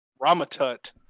Ramatut